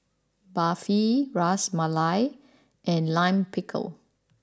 Barfi Ras Malai and Lime Pickle